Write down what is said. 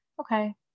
okay